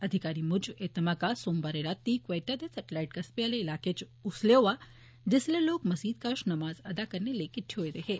अधिकारी मूजब एह् धमाका सोमवारें राती क्यूटा दे सेटलाइट कस्बे आले इलाकें इच उसलै होआ जिसलै लोक मसीत कश नमाज अदा करने लेई किट्ठै होए दे हे